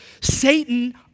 Satan